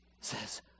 says